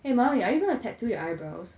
eh mummy are you going to tattoo your eyebrows